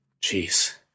Jeez